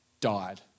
died